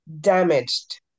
damaged